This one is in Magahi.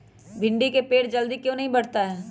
भिंडी का पेड़ जल्दी क्यों नहीं बढ़ता हैं?